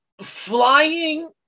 Flying